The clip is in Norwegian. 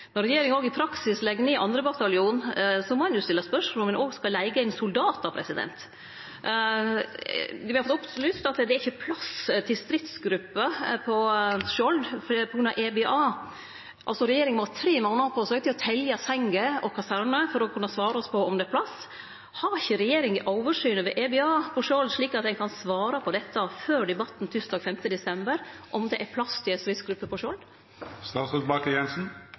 praksis legg ned 2. bataljon, må ein stille spørsmål om ein òg skal leige inn soldatar. Me har fått opplyst at det ikkje er plass til stridsgrupper på Skjold på grunn av EBA. Regjeringa må ha tre månader på seg til å telje senger og kasernar for å kunne svare oss på om det er plass. Har ikkje regjeringa oversikt over EBA på Skjold slik at ein kan svare på dette før debatten tysdag 5. desember – om det er plass til ei stridsgruppe på